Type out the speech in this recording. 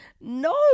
no